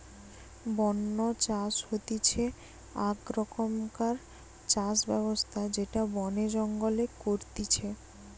বন্য চাষ হতিছে আক রকমকার চাষ ব্যবস্থা যেটা বনে জঙ্গলে করতিছে